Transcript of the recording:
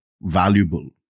valuable